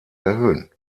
erhöhen